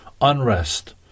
unrest